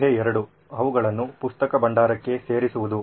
ಊಹೆ ಎರಡು ಅವುಗಳನ್ನು ಪುಸ್ತಕ ಭಂಡಾರಕ್ಕೆ ಸೇರಿಸುವುದು